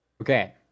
Okay